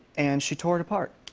and she tore it apart.